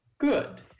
Good